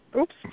Oops